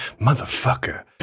motherfucker